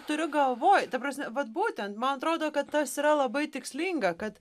turiu galvoj ta prasme vat būtent man atrodo kad tas yra labai tikslinga kad